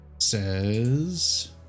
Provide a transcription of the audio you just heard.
says